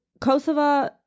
Kosovo